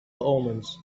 omens